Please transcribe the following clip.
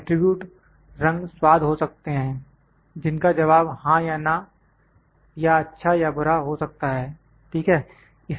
attribute रंग स्वाद हो सकते हैं जिनका जवाब हां या ना या अच्छा या बुरा हो सकता है ठीक है